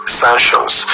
sanctions